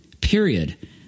period